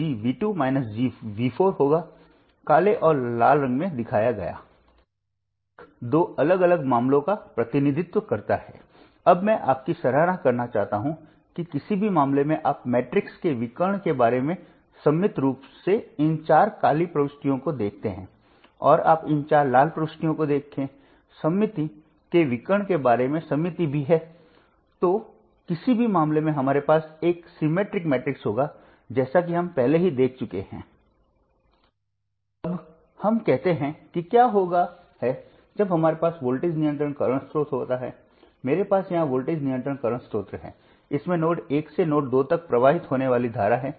जब हमने super node का गठन किया तो हमने समीकरणों में से एक खो दिया है लेकिन हमारे पास वोल्टेज स्रोत की बाधा है